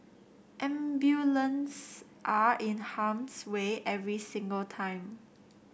ambulances are in harm's way every single time